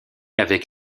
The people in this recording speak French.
avec